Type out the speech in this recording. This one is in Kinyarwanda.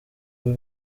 b’i